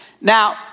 Now